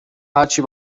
هرچی